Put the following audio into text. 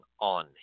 on